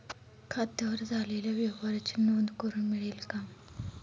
खात्यावर झालेल्या व्यवहाराची नोंद करून मिळेल का?